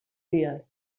dies